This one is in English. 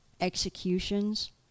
executions